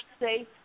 safe